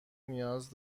نیاز